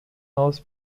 aus